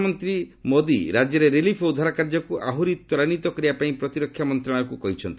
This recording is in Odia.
ପ୍ରଧାନମନ୍ତ୍ରୀ ନରେନ୍ଦ୍ର ମୋଦି ରାଜ୍ୟରେ ରିଲିଫ୍ ଓ ଉଦ୍ଧାର କାର୍ଯ୍ୟକ୍ ଆହୁରି ତ୍ୱରାନ୍ୱିତ କରିବାପାଇଁ ପ୍ରତିରକ୍ଷା ମନ୍ତ୍ରଣାଳୟକୁ କହିଛନ୍ତି